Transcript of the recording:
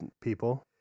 people